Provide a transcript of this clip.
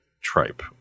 tripe